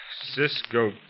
Cisco